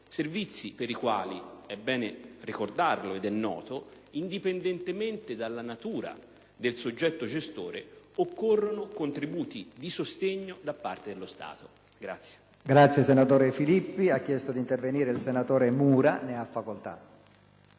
servizi per i quali (è bene ricordarlo ed è noto), indipendentemente dalla natura del soggetto gestore, occorrono contributi di sostegno da parte dello Stato.